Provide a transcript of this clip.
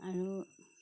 আৰু